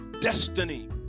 destiny